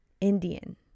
Indian